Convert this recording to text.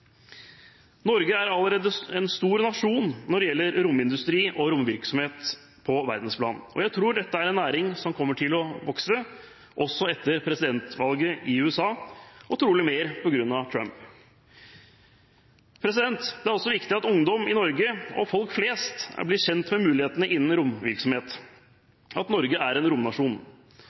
Norge er allerede en stor nasjon når det gjelder romindustri og romvirksomhet på verdensplan. Jeg tror dette er en næring som kommer til å vokse, også etter presidentvalget i USA, og trolig mer på grunn av Trump. Det er også viktig at ungdom i Norge og folk flest blir kjent med mulighetene innen romvirksomhet, at Norge er en romnasjon.